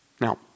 Now